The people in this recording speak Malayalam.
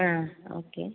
ആ ഓക്കേ